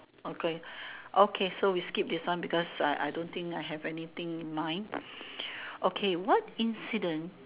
okay okay so we skip this one because I I don't think I have anything in mind okay what incident